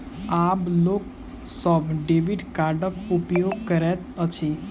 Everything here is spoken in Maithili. आब लोक सभ डेबिट कार्डक उपयोग करैत अछि